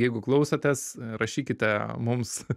jeigu klausotės rašykite mums